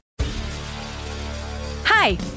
Hi